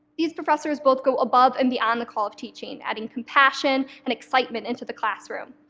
these professors both go above and beyond the call of teaching, adding compassion and excitement into the classroom.